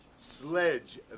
Sledge